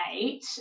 eight